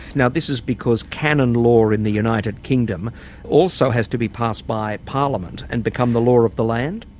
now this is because canon law in the united kingdom also has to be passed by parliament and become the law of the land?